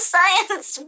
Science